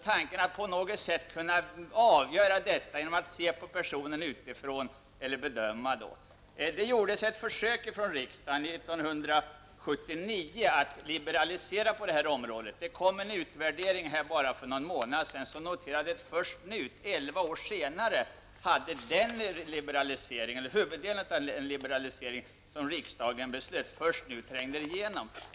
Tanken är att på något sätt kunna avgöra någons samvetsskäl genom att se på personen utifrån. Det gjordes ett försök från riksdagen 1979 att liberalisera på det här området. Det kom en utvärdering för bara någon månad sedan. Först nu, elva år senare, har huvuddelen av den liberalisering som riksdagen beslutade om trängt igenom.